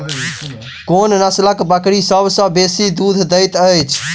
कोन नसलक बकरी सबसँ बेसी दूध देइत अछि?